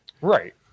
right